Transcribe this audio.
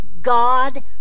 God